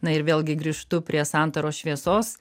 na ir vėlgi grįžtu prie santaros šviesos